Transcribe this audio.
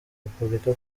repubulika